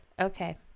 Okay